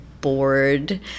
bored